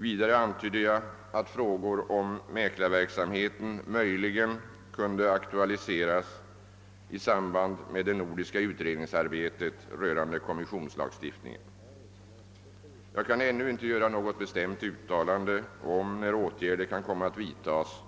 Vidare antydde jag att frågor om mäklarverksamheten möjligen kunde aktualiseras i samband med det nordiska utredningsarbetet rörande kommissionslagstiftningen. Jag kan ännu inte göra något bestämt uttalande om när åtgärder kan komma att vidtas